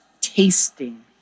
tasting